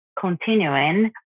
continuing